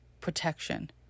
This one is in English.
protection